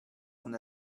leurs